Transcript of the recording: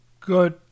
Good